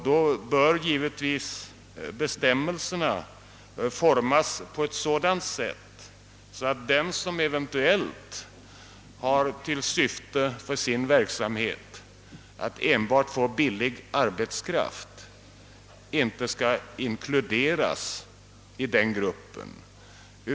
Då bör givetvis bestämmelserna formas på ett sådant sätt att den som eventuellt syftar enbart till att få billig arbetskraft inte skall inkluderas i gruppen.